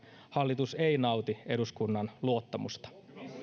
hallitus ei nauti eduskunnan luottamusta